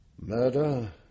Murder